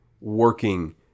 working